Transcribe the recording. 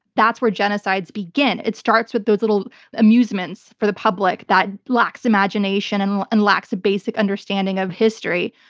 that's where genocides begin. it starts with those little amusements for the public that lacks imagination and and lacks a basic understanding of history.